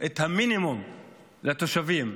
את המינימום לתושבים,